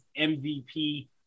MVP